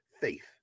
Faith